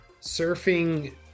surfing